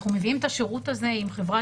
אנחנו מביאים את השירות הזה עם חברת